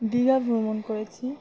দীঘা ভ্রমণ করেছি